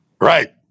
right